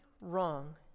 wrong